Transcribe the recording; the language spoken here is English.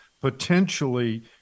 potentially